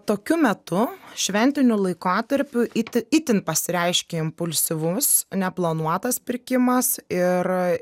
tokiu metu šventiniu laikotarpiu iti itin pasireiškia impulsyvus neplanuotas pirkimas ir